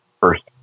first